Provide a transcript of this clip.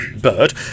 bird